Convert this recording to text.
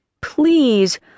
Please